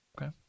Okay